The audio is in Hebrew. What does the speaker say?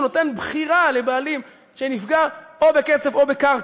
125%; הוא נותן בחירה לבעלים שנפגע או בכסף או בקרקע.